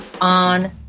on